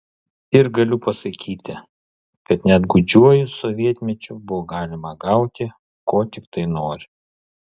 ir galiu pasakyti kad net gūdžiuoju sovietmečiu buvo galima gauti ko tiktai nori